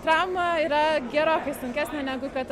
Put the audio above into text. trauma yra gerokai sunkesnė negu kad